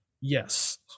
yes